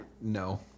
No